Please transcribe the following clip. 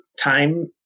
time